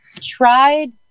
tried